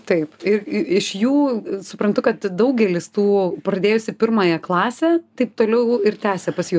taip ir iš jų suprantu kad daugelis tų pradėjusių pirmąją klasę taip toliau ir tęsia pas jus